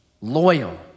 loyal